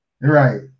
Right